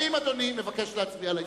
האם אדוני מבקש להצביע על ההסתייגות?